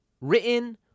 written